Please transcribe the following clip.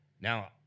Now